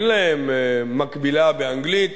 ואין להן מקבילה באנגלית.